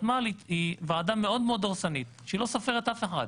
הוותמ"ל היא ועדה מאוד מאוד דורסנית שלא סופרת אף אחד.